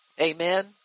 Amen